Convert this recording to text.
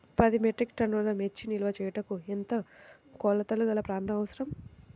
పది మెట్రిక్ టన్నుల మిర్చి నిల్వ చేయుటకు ఎంత కోలతగల ప్రాంతం అవసరం?